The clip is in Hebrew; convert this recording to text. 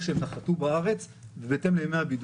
שהם נחתו בארץ ובהתאם לימי הבידוד.